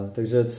Takže